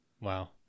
Wow